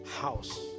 house